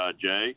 Jay